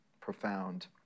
profound